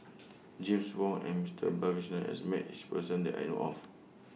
James Wong and M Stone Balakrishnan has Met This Person that I know of